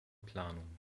planung